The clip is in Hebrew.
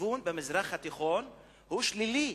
הכיוון במזרח התיכון הוא שלילי.